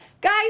Guys